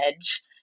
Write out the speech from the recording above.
edge